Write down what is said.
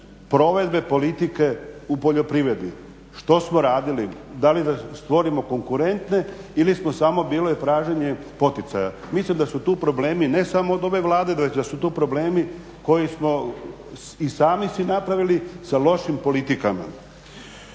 provedbe politike u poljoprivredi, što smo radili? Da li da stvorimo konkurentne ili smo samo, bilo je traženje poticaja? Mislim da su tu problemi, ne samo od ove Vlade, da su tu problemi koje smo i sami si napravili sa lošim politikama.